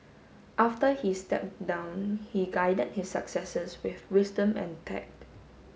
after he stepped down he guided his successors with wisdom and tact